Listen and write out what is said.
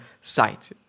site